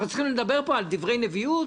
אנחנו צריכים לדבר פה על דברי נביאות?